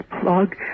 plug